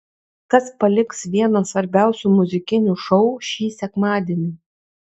kas paliks vieną svarbiausių muzikinių šou šį sekmadienį